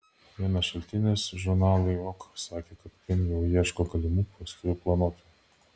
vienas šaltinis žurnalui ok sakė kad kim jau ieško galimų vestuvių planuotojų